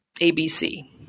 ABC